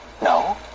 No